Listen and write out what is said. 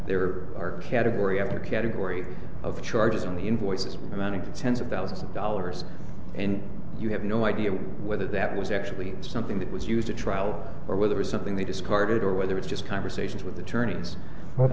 there are category after category of charges on the invoice amounting to tens of thousands of dollars and you have no idea whether that was actually something that was used at trial or whether it's something they discarded or whether it's just conversations with attorneys about